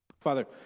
Father